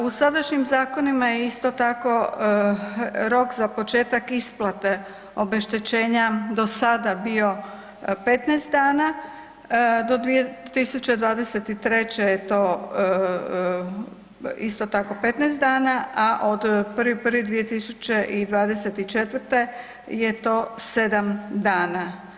U sadašnjim zakonima je isto tako rok za početak isplate obeštećenja do sada bio 15 dana, do 2023. je to isto tako 15 dana, a od 1.1.2024. je to 7 dana.